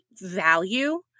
value